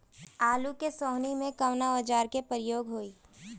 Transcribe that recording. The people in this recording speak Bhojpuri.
आलू के सोहनी में कवना औजार के प्रयोग होई?